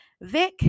Vic